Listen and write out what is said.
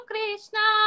Krishna